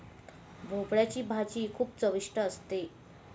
भोपळयाची भाजी खूपच चविष्ट असते